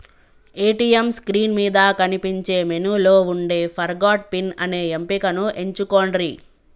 ATM screen మీద కనిపించే మెనూలో వుండే ఫర్గాట్ పిన్ అనే ఎంపికను ఎంచుకొండ్రి